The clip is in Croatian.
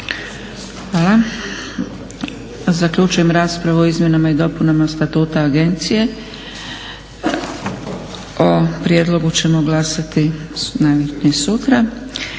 Hvala. Zaključujem raspravu o izmjenama i dopuna Statuta agencije. O prijedlogu ćemo glasati najvjerojatnije sutra,